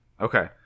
Okay